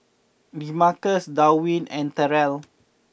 Demarcus Darwyn and Terell